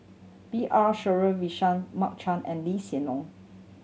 B R Sreenivasan Mark Chan and Lee Hsien Loong